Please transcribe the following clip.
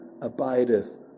abideth